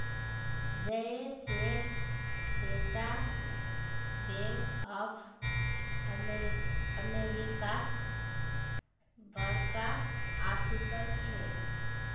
जयेशेर बेटा bank of अमेरिकात बड़का ऑफिसर छेक